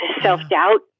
self-doubt